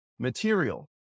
Material